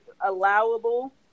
allowable